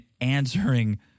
answering